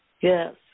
Yes